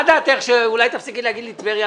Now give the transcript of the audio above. מה דעתך שאולי תפסיקי להגיד לי טבריה,